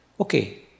Okay